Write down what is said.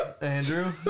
Andrew